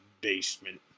basement